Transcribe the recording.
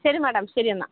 ശരി മേഡം ശരി എന്നാൽ